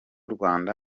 rwanda